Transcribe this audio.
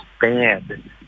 banned